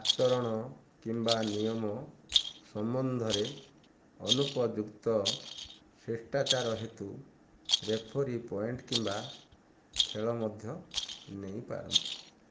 ଆଚରଣ କିମ୍ବା ନିୟମ ସମ୍ବନ୍ଧରେ ଅନୁପଯୁକ୍ତ ଶିଷ୍ଟାଚାର ହେତୁ ରେଫରୀ ପଏଣ୍ଟ କିମ୍ବା ଖେଳ ମଧ୍ୟ ନେଇପାରନ୍ତି